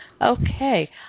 Okay